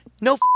no